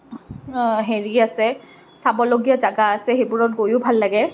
হেৰি আছে চাবলগীয়া জেগা আছে সেইবোৰত গৈও ভাল লাগে